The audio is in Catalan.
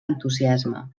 entusiasme